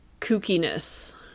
kookiness